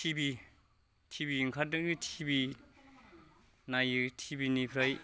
TV TV ओंखारदों TV नायो TV निफ्राय